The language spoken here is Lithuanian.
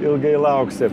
ilgai lauksi